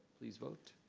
please vote.